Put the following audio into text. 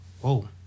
Whoa